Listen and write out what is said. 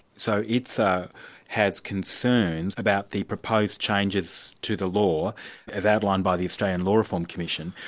so itsa has concerns about the proposed changes to the law as outlined by the australian law reform commission,